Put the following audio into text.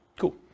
Cool